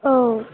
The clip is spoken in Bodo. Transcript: औ